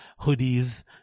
hoodies